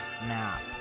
map